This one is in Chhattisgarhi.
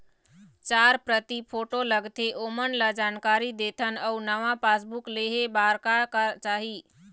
चार प्रति फोटो लगथे ओमन ला जानकारी देथन अऊ नावा पासबुक लेहे बार का का चाही?